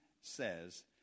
says